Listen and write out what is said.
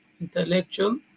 intellectual